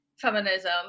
feminism